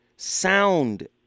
sound